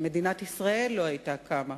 ומדינת ישראל לא היתה קמה.